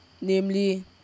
namely